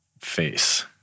face